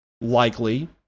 likely